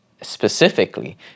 specifically